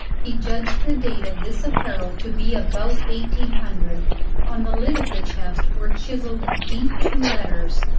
he judged the date of this apparel to be about eighteen hundred on the lid of the chest were chiselled deep two letters,